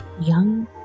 young